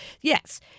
Yes